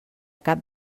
cap